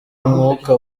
umwuka